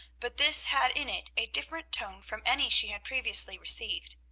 but this had in it a different tone from any she had previously received.